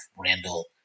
Randall